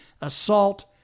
assault